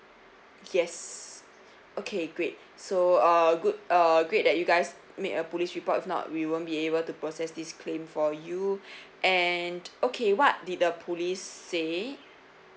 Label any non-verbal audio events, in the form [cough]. yes [breath] okay great so uh good uh great that you guys make a police report if not we won't be able to process this claim for you [breath] and okay what did the police say